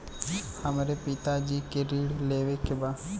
हमरे पिता जी के ऋण लेवे के बा?